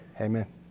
Amen